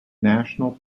national